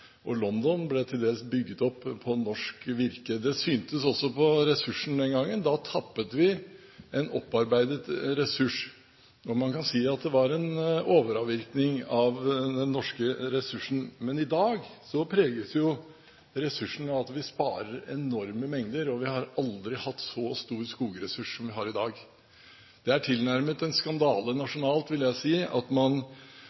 gangen. Da tappet vi en opparbeidet ressurs. Man kan si det var en overavvirkning av den norske ressursen. Men i dag preges ressursene av at vi sparer enorme mengder, og vi har aldri hatt en så stor skogressurs som vi har i dag. Det er tilnærmet en skandale